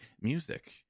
music